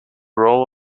role